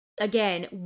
Again